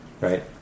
Right